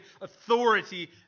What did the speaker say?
authority